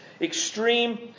extreme